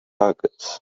targets